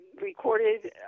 recorded